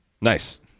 Nice